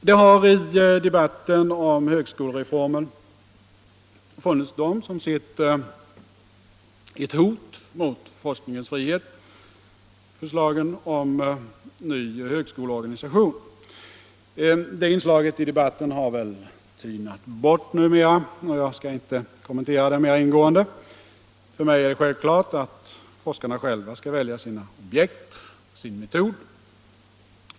Det har i debatten om högskolereformen funnits de som sett ett hot mot forskningens frihet i förslagen om ny högskoleorganisation. Det inslaget i debatten har väl tynat bort numera. Jag skall inte kommentera det mer ingående. För mig är det självklart att forskarna själva skall välja sina objekt och sin metod.